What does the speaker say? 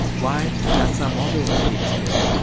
why, that's our motto, he explained.